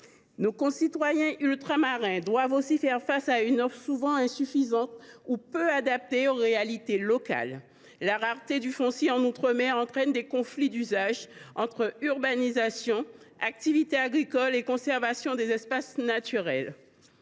Nos concitoyens ultramarins doivent également faire face à une offre souvent insuffisante ou peu adaptée aux réalités locales. La rareté du foncier outre mer entraîne des conflits d’usage entre urbanisation, activité agricole et conservation des espaces naturels.